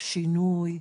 שינוי,